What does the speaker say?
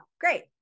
great